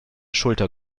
schulter